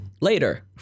later